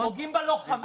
פוגעים בלוחמים.